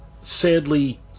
sadly